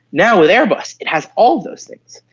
now, with airbus it has all those things.